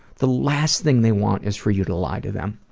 the last thing they want is for you to lie to them.